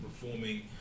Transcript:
performing